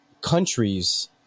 countries